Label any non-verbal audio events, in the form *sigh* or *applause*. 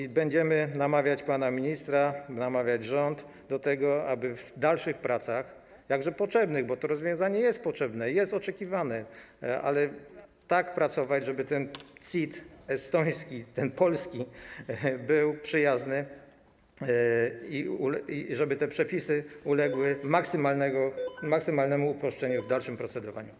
I będziemy namawiać pana ministra, rząd do tego, aby w dalszych pracach, jakże potrzebnych, bo to rozwiązanie jest potrzebne, jest oczekiwane, tak pracować, żeby ten CIT estoński, polski był przyjazny i żeby te przepisy *noise* uległy maksymalnemu uproszczeniu w dalszym procedowaniu.